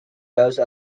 those